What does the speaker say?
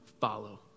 follow